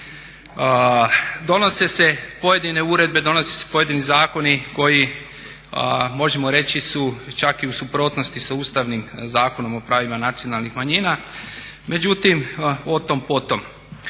Donose se pojedine uredbe, donose se pojedini zakoni koji, možemo reći su čak i u suprotnosti sa Ustavnim zakonom o pravima nacionalnih manjina međutim otom potom.